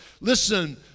Listen